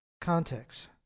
context